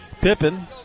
Pippen